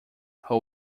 who